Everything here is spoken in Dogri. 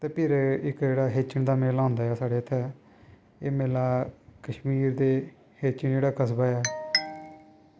ते फिर इक्क हितेन दा मेला होंदा इत्थें ते साढ़े इत्थें एह् मेला कश्मीर दा हितेन जेह्ड़ा कस्बा ऐ